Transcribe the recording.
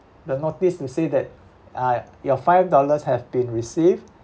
the notice to say that uh your five dollars have been received